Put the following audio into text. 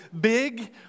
big